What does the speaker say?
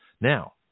Now